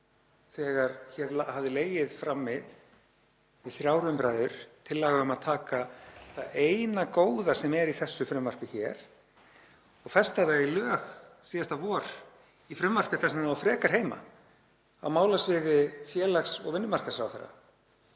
þegar hér hafði legið frammi í þrjár umræður tillaga um að taka það eina góða sem er í þessu frumvarpi hér og festa það í lög síðasta vor í frumvarpi þar sem það á frekar heima, á málasviði félags- og vinnumarkaðsráðherra.